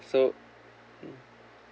so mm